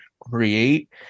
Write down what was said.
create